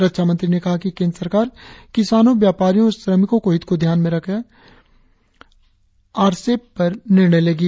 रक्षामंत्री ने कहा कि केंद्र सरकार किसानों व्यापारियों और श्रमिकों के हितो को ध्यान में रखकर ही आरसेप पर निर्णय लिया जाएगा